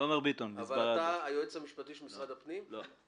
אני שאלתי את היועץ המשפטי של משרד הפנים: האם